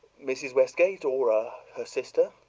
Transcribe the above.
mrs. westgate or a her sister?